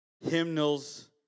hymnals